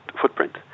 footprint